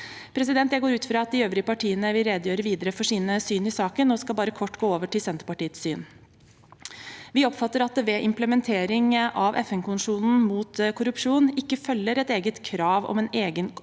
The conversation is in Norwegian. Jeg går ut fra at de øvrige partiene vil redegjøre videre for sine syn i saken, og jeg skal bare kort gå over til Senterpartiets syn. Vi oppfatter at det ved implementering av FN-konvensjonen mot korrupsjon ikke følger et eget krav om en egen